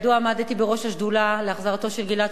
עמדתי בראש השדולה להחזרתו של גלעד שליט,